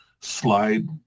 slide